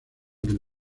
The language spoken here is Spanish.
del